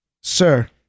Sir